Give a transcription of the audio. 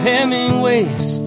Hemingway's